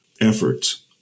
efforts